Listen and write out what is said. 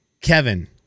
Kevin